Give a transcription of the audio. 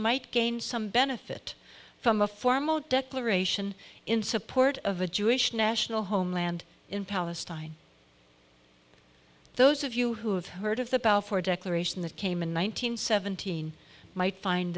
might gain some benefit from a formal declaration in support of a jewish national homeland in palestine those of you who have heard of the balfour declaration that came in one nine hundred seventeen might find